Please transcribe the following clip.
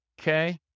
okay